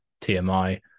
tmi